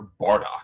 Bardock